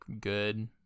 good